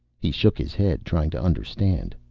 he shook his head, trying to understand.